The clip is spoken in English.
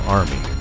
army